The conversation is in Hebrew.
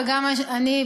וגם אני,